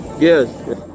yes